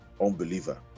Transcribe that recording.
unbeliever